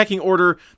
order